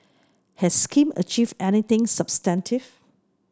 has Kim achieved anything substantive